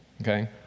okay